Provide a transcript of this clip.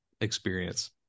experience